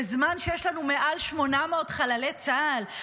בזמן שיש לנו מעל 800 חללי צה"ל?